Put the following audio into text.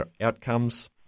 outcomes